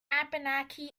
abenaki